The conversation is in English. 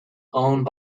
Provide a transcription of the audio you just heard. owned